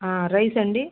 rice అండి